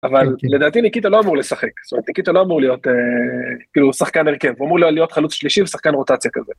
אבל, כן כן... לדעתי ניקיטה לא אמור לשחק, זאת אומרת, ניקיטה לא אמור להיות, כאילו, שחקן הרכב, הוא אמור להיות חלוץ שלישי ושחקן רוטציה כזה.